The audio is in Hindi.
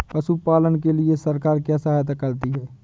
पशु पालन के लिए सरकार क्या सहायता करती है?